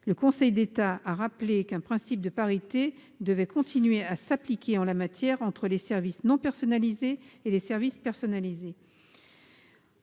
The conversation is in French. le Conseil d'État a rappelé qu'un principe de parité devait continuer à s'appliquer en la matière entre les services personnalisés et les autres. Enfin,